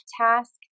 task